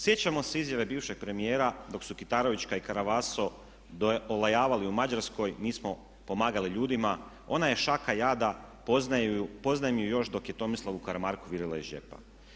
Sjećamo se izjave bivšeg premijera dok su Kitarovićka i … olajavali u Mađarskoj, nismo pomagali ljudima, ona je šaka jada, poznajem ju još dok je Tomislavu Karamarku virila iz džepa.